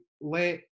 let